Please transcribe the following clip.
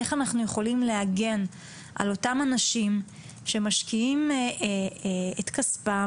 איך אנחנו יכולים להגן על אותם אנשים שמשקיעים את כספם,